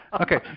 Okay